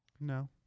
No